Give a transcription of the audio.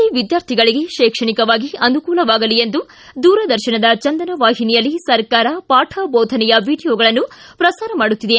C ವಿದ್ಯಾರ್ಥಿಗಳಿಗೆ ಶೈಕ್ಷಣಿಕವಾಗಿ ಅನೂಕುಲವಾಗಲಿ ಎಂದು ದೂರದರ್ಶನದ ಚಂದನ ವಾಹಿನಿಯಲ್ಲಿ ಸರ್ಕಾರ ಪಾಠ ಬೋಧನೆಯ ವಿಡಿಯೋಗಳನ್ನು ಪ್ರಸಾರ ಮಾಡುತ್ತಿದೆ